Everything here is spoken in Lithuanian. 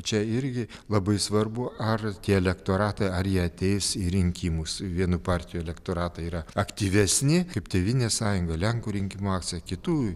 čia irgi labai svarbu ar tie elektoratai ar jie ateis į rinkimus vienų partijų elektoratai yra aktyvesni kaip tėvynės sąjunga lenkų rinkimų akcija kitų